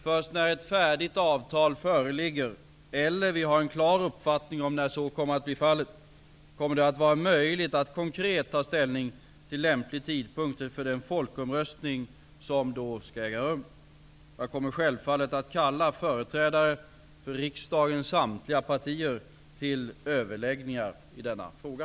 Först när ett färdigt avtal föreligger, eller vi har en klar uppfattning om när så kommer att bli fallet, kommer det att vara möjligt att konkret ta ställning till lämplig tidpunkt för den folkomröstning som då skall äga rum. Jag kommer självfallet att kalla företrädare för riksdagens samtliga partier till överläggningar i denna fråga.